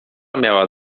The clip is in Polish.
miała